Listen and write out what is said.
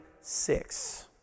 six